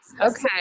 okay